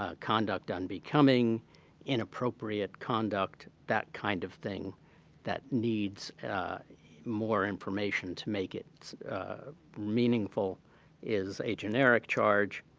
ah conduct unbecoming inappropriate conduct that kind of thing that needs more information to make it meaningful is a generic charge,